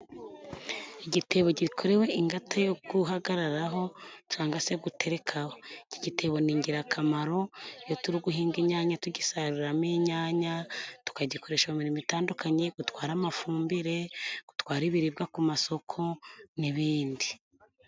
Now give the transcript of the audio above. Igitebo gikorewe ingata yo guhagararaho canga se guterekaho. Iki gitebo ni ingirakamaro iyo turi guhinga inyanya tugisaruriramo inyanya, tukagikoresha mu mirimo itandukanye, gutwara amafumbire, gutwara ibiribwa ku masoko n'ibindi.